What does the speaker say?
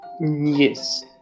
Yes